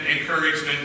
encouragement